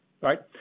right